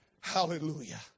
Hallelujah